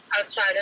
outside